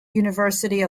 university